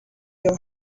your